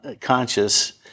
conscious